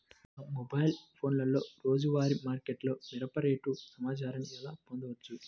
మా మొబైల్ ఫోన్లలో రోజువారీ మార్కెట్లో మిరప రేటు సమాచారాన్ని ఎలా పొందవచ్చు?